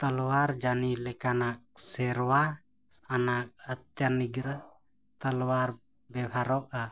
ᱛᱟᱞᱚᱣᱟᱨ ᱡᱟᱱᱤ ᱞᱮᱠᱟᱱᱟᱜ ᱥᱮᱨᱣᱟ ᱟᱱᱟᱜ ᱟᱭᱛᱛᱚᱼᱱᱤᱜᱨᱚᱦ ᱛᱚᱞᱣᱟᱨ ᱵᱮᱵᱚᱦᱟᱨᱚᱜᱼᱟ